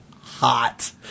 hot